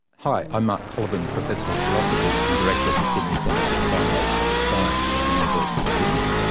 hi, i'm mark colyvan, professor of philosophy and director of the sydney centre for the foundations of science at the university of sydney.